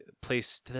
place